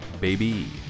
baby